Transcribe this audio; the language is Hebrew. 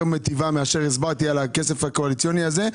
מיטיבה מזו שאני הסברתי לגבי הכסף הקואליציוני הזה,